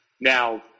Now